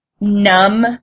numb